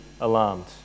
alarmed